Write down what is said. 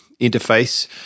interface